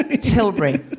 Tilbury